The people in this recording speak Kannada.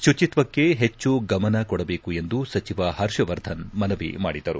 ಶುಚಿತ್ವಕ್ಕೆ ಹೆಚ್ಚು ಗಮನ ಕೊಡಬೇಕು ಎಂದು ಸಚಿವ ಹರ್ಷವರ್ಧನ್ ಮನವಿ ಮಾಡಿದರು